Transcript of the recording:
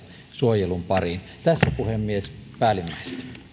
suojelun pariin tässä puhemies päällimmäiset